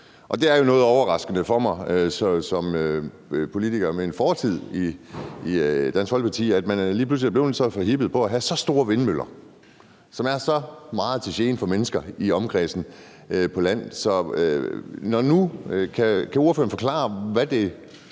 det er jo noget overraskende for mig som politiker med en fortid i Dansk Folkeparti, at man lige pludselig er blevet så forhippet på at have så store vindmøller, som er så meget til gene for mennesker på grund af omkredsen på land, så kan ordføreren forklare, hvad der